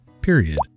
period